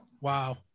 Wow